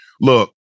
look